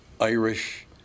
Irish